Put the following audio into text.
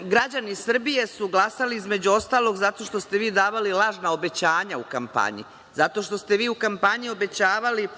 Građani Srbije su glasali između ostalog, zato što ste vi davali lažna obećanja u kampanji, zato što ste vi u kampanji obećavali